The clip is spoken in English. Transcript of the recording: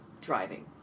driving